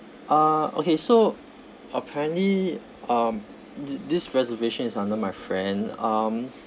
uh okay so apparently um thi~ this reservation is under my friend um